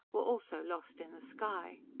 were also lost in the sky.